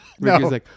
No